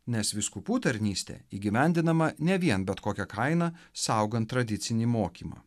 nes vyskupų tarnystė įgyvendinama ne vien bet kokia kaina saugant tradicinį mokymą